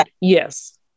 Yes